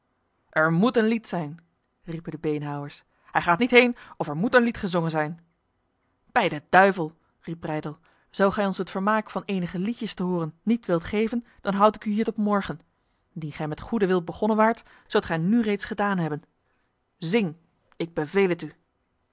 er moet een lied zijn riepen de beenhouwers hij gaat niet heen of er moet een lied gezongen zijn bij de duivel riep breydel zo gij ons het vermaak van enige liedjes te horen niet wilt geven dan hou ik u hier tot morgen indien gij met goede wil begonnen waart zoudt gij nu reeds gedaan hebben zing ik beveel het u